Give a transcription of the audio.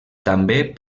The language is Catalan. també